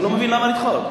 אני לא מבין למה לדחות.